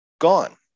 gone